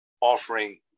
offering